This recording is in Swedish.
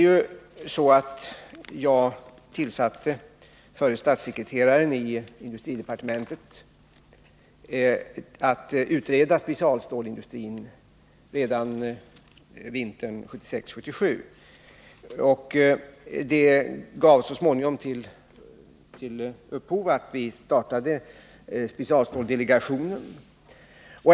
Jag tillsatte förre statssekreteraren i industridepartementet att utreda specialstålsindustrin redan vintern 1976-1977, och det ledde till att vi så småningom startade specialstålsdelegationen.